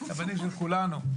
הבנים של כולנו.